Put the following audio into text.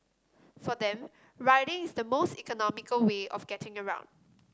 for them riding is the most economical way of getting around